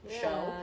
show